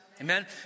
amen